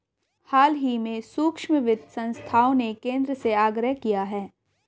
हाल ही में सूक्ष्म वित्त संस्थाओं ने केंद्र से आग्रह किया है